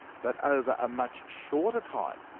but over a much shorter time,